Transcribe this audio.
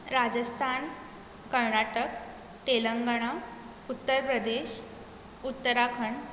Rajasthan Karnataka Telangana Uttar Pradesh Uttarakhand